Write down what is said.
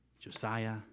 josiah